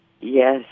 Yes